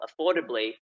affordably